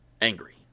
angry